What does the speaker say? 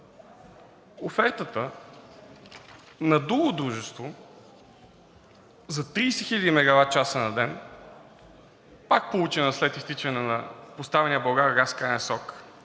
Офертата на друго дружество за 30 хил. мегаватчаса на ден, пак получена след изтичане на поставения от „Булгаргаз“ краен срок,